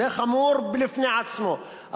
זה חמור בפני עצמו,